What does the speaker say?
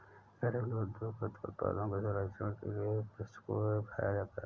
घरेलू उद्योग अथवा उत्पादों के संरक्षण के लिए प्रशुल्क कर बढ़ाया जाता है